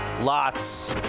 lots